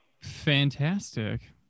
fantastic